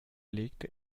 legt